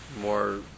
more